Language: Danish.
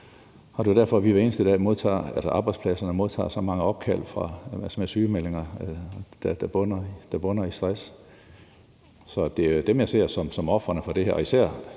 det er jo derfor, at arbejdspladserne hver eneste dag modtager så mange opkald med sygemeldinger, der bunder i stress. Så det er jo dem, jeg ser som ofrene for det her,